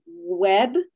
web